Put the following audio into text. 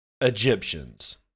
Egyptians